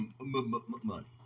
Money